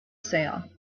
sale